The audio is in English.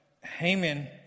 Haman